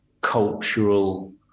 cultural